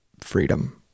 freedom